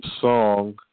song